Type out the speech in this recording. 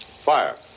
Fire